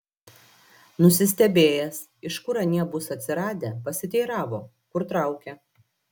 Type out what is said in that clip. nusistebėjęs iš kur anie bus atsiradę pasiteiravo kur traukia